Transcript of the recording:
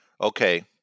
Okay